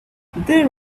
there